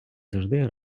завжди